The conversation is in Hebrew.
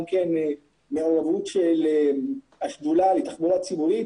כן מעורבות של השדולה לתחבורה ציבורית.